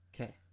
okay